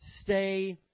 stay